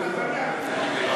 הכוונה.